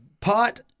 pot